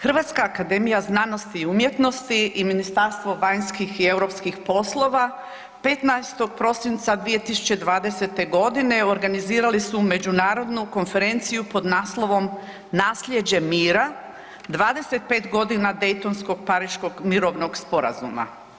Hrvatska akademija znanosti i umjetnosti i Ministarstvo vanjskih i europskih poslova 15. prosinca 2020.g. organizirali su Međunarodnu konferenciju pod naslovom „Nasljeđe mira, 25 godina Daytonsko-Pariškog mirovnog sporazuma“